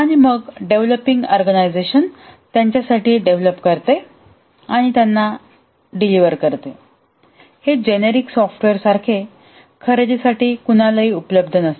आणि मग developing organisation त्यांच्यासाठी डेव्हलप करते आणि त्यांना वितरण करते हे जेनेरिक सॉफ्टवेअर सारखे खरेदीसाठी कुणालाही उपलब्ध नाहीत